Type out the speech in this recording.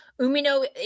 Umino